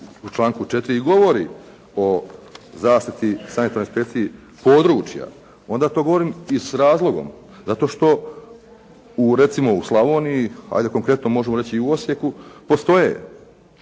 u članku 4. i govori o zaštiti, sanitarnoj inspekciji područja onda to govorim i s razlogom zato što recimo u Slavoniji, ajde konkretno možemo reći i u Osijeku, postoje